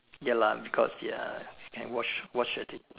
ya lah because ya you can watch watch at